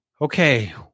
Okay